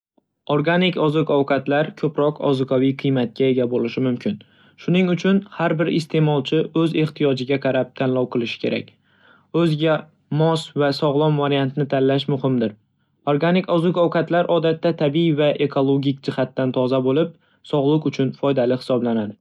Organik oziq-ovqatlar ko'proq ozuqaviy qiymatga ega bo'lishi mumkin. Shuning uchun, har bir iste'molchi o'z ehtiyojlariga qarab tanlov qilishi kerak. O'ziga mos va sog'lom variantni tanlash muhimdir. Organik oziq-ovqatlar odatda tabiiy va ekologik jihatdan toza bo'lib, sog'liq uchun foydali hisoblanadi.